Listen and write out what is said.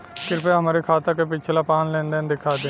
कृपया हमरे खाता क पिछला पांच लेन देन दिखा दी